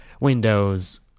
windows